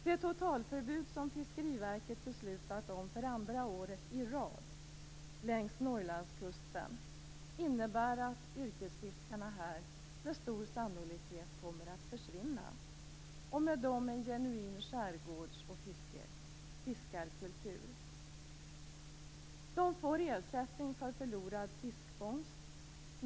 Det totalförbud som Fiskeriverket beslutat om för andra året i rad längs norra Norrlandskusten innebär att yrkesfiskarna här med stor sannolikhet kommer att försvinna, och med dem en genuin skärgårds och fiskarkultur. De får ersättning för förlorad fiskfångst.